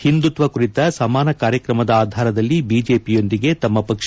ಹಿಂದುತ್ತ ಕುರಿತ ಸಮಾನ ಕಾರ್ಯಕ್ರಮದ ಆಧಾರದಲ್ಲಿ ಬಿಜೆಪಿಯೊಂದಿಗೆ ತಮ್ನ ಪಕ್ಷ